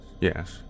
yes